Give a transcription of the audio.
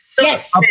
yes